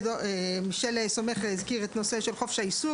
מישל סומך הזכיר את הנושא של חופש העיסוק